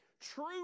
True